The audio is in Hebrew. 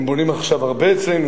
הם בונים עכשיו הרבה אצלנו,